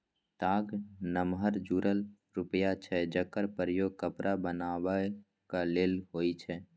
ताग नमहर जुरल रुइया छै जकर प्रयोग कपड़ा बनेबाक लेल होइ छै